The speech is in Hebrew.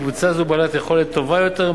קבוצה זו בעלת יכולת טובה יותר,